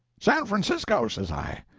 san francisco, says i.